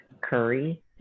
Curry